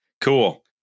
Cool